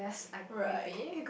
right